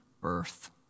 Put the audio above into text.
birth